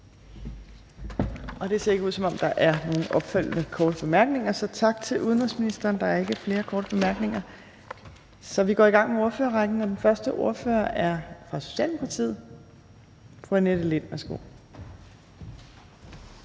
Det ser ikke ud, som om der er nogen opfølgende korte bemærkninger. Så tak til udenrigsministeren. Der er ikke flere korte bemærkninger, så vi går i gang med ordførerrækken. Den første ordfører er fra Socialdemokratiet. Fru Annette Lind, værsgo.